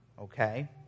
Okay